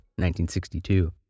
1962